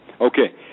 Okay